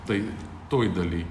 taip toj daly